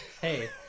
Hey